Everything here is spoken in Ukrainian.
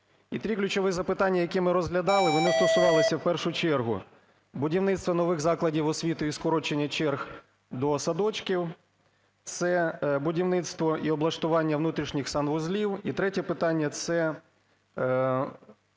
І три ключові запитання, які ми розглядали, вони стосувалися в першу чергу будівництва нових закладів освіти і скорочення черг до садочків. Це будівництво і облаштування внутрішніх санвузлів, і третє питання – це